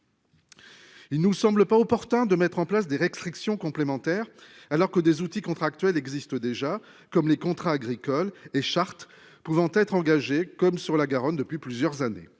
Il nous semble pas opportun de mettre en place des restrictions complémentaires alors que des outils contractuels existent déjà, comme les contrats agricoles et Charte pouvant être engagée comme sur la Garonne depuis plusieurs années.